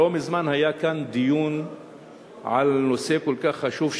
לא מזמן היה כאן דיון על נושא כל כך חשוב,